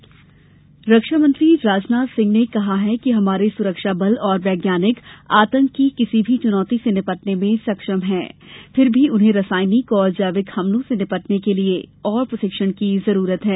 राजनाथ दौरा रक्षामंत्री राजनाथ सिंह ने कहा है कि हमारे सुरक्षाबल और वैज्ञानिक आतंक की किसी भी चुनौती से निपटने में सक्षम है फिर भी उन्हें रासायनिक और जैविक हमलों से निपटने के लिए और प्रशिक्षण की जरूरत है